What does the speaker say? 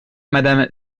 madame